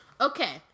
Okay